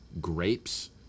grapes